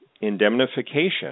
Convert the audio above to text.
indemnification